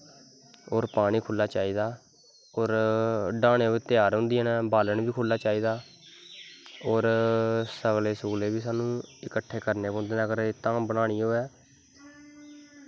होर पानी खुल्ला चाहिदा होर डहानै पर त्यार होंदियां न होर बालन बी खुल्ला चाहिदा होर सगले सुगले बी सानूं इकट्ठे करने पौंदे न सानूं अगर धाम बनानी होऐ